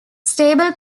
stable